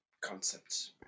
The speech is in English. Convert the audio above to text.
concepts